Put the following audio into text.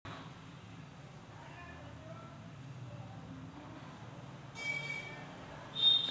वालुकामय माती वालुकामय माती हलकी, उष्ण, कोरडी आणि आम्लयुक्त आणि भरपूर पोषक असतात